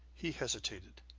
he hesitated,